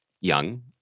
young